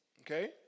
Okay